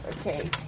Okay